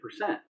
percent